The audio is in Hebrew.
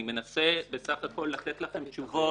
אני מנסה בסך הכל לתת לכם תשובות.